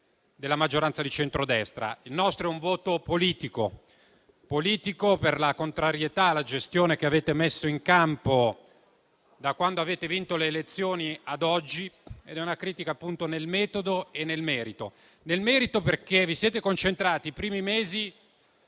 della maggioranza di centrodestra. Il nostro è un voto politico per la contrarietà alla gestione che avete messo in campo da quando avete vinto le elezioni ad oggi ed è una critica nel metodo e nel merito. Lo è nel merito perché i primi mesi